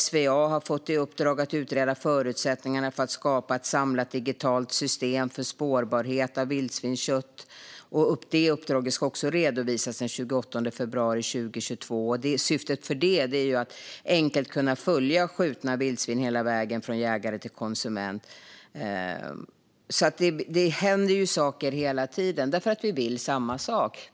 SVA har fått i uppdrag att utreda förutsättningarna för att skapa ett samlat digitalt system för spårbarhet när det gäller vildsvinskött. Det uppdraget ska också redovisas den 28 februari 2022. Syftet är att enkelt kunna följa skjutna vildsvin hela vägen från jägare till konsument. Det händer alltså saker hela tiden. Vi vill samma sak.